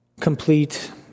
complete